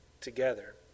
together